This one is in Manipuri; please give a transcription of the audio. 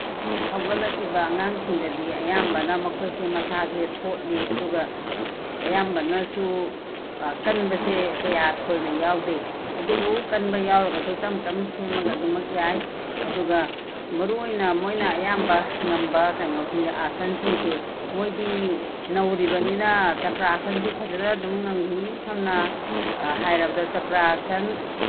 ꯍꯧꯒꯠꯂꯛꯏꯕ ꯑꯉꯥꯡꯁꯤꯡꯗꯗꯤ ꯑꯌꯥꯝꯕꯅ ꯃꯈꯣꯏꯁꯦ ꯃꯁꯥꯁꯦ ꯊꯣꯠꯂꯤ ꯑꯗꯨꯒ ꯑꯌꯥꯝꯕꯅꯁꯨ ꯀꯟꯕꯁꯦ ꯀꯌꯥ ꯊꯣꯏꯅ ꯌꯥꯎꯗꯦ ꯑꯗꯨꯕꯨ ꯀꯟꯕ ꯌꯥꯎꯔꯒꯁꯨ ꯇꯝ ꯇꯝ ꯁꯦꯝꯃꯒ ꯑꯗꯨꯃꯛ ꯌꯥꯏ ꯑꯗꯨꯒ ꯃꯔꯨꯑꯣꯏꯅ ꯃꯣꯏꯅ ꯑꯌꯥꯝꯕ ꯉꯝꯕ ꯀꯩꯅꯣꯁꯤꯡꯁꯦ ꯑꯁꯟꯁꯤꯡꯁꯦ ꯃꯣꯏꯗꯤ ꯅꯧꯔꯤꯕꯅꯤꯅ ꯆꯀ꯭ꯔꯥꯁꯟꯁꯨ ꯐꯖꯅ ꯑꯗꯨꯝ ꯉꯝꯈꯤ ꯁꯝꯅ ꯍꯥꯏꯔꯕꯗ ꯆꯀ꯭ꯔꯥꯁꯟ